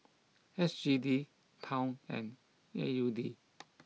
S G D Pound and A U D